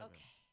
Okay